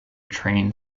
train